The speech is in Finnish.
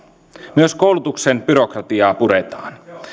myös koulutuksen byrokratiaa puretaan